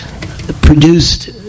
produced